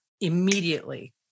immediately